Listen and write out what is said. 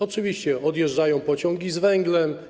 Oczywiście odjeżdżają pociągi z węglem.